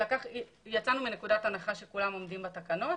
יצאנו מנקודת הנחה שכולם עומדים בתקנות,